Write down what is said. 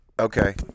okay